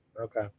okay